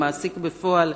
המעסיק בפועל,